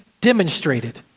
demonstrated